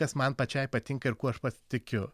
kas man pačiai patinka ir kuo aš pats tikiu